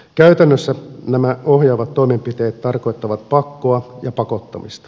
käytännössä nämä ohjaavat toimenpiteet tarkoittavat pakkoa ja pakottamista